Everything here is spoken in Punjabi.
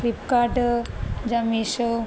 ਫਲਿੱਪਕਾਡ ਜਾਂ ਮਿਸ਼ੋ